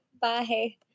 Bye